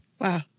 Wow